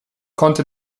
konnte